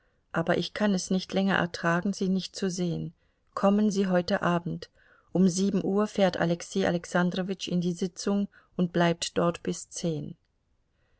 aber ich kann es nicht länger ertragen sie nicht zu sehen kommen sie heute abend um sieben uhr fährt alexei alexandrowitsch in die sitzung und bleibt dort bis zehn